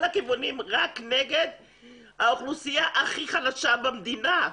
הכיוונים אלא שהיא נגד האוכלוסייה הכי חלשה במדינה.